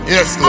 Yes